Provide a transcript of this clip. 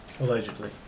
Allegedly